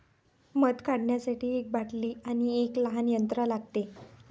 मध काढण्यासाठी एक बाटली आणि एक लहान यंत्र लागते